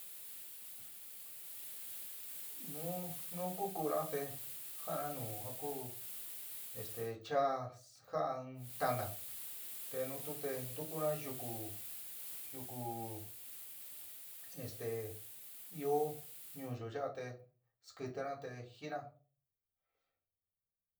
Nu nu kuku'una te ja'ana nu ja ku esté cha sja'á in taána te nu tu te ntukuna yúku, yúku esté ɨó ñuúyo ya'a te skɨtina te jiɨna.